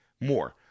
more